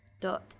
dot